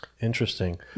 Interesting